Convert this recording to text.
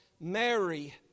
Mary